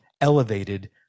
elevated